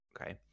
Okay